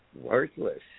worthless